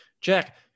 Jack